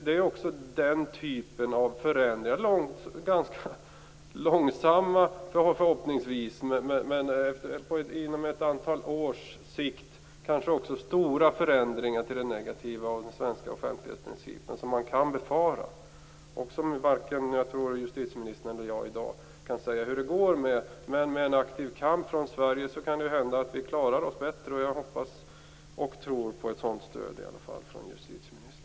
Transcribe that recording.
Det är också den typen av förhoppningsvis ganska långsamma förändringar som man kan befara inom ett antal år kan ge stora förändringar till det sämre av den svenska offentlighetsprincipen. Varken justitieministern eller jag kan i dag säga hur det går. Men med en aktiv kamp från Sveriges sida kan det hända att vi klarar oss bättre. Jag hoppas och tror på ett sådant stöd från justitieministern.